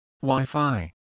Wi-Fi